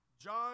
John